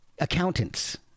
accountants